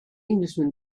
englishman